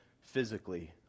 physically